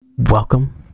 welcome